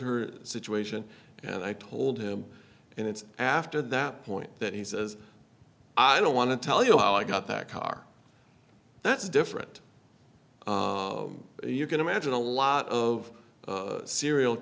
her situation and i told him and it's after that point that he says i don't want to tell you how i got that car that's different you can imagine a lot of serial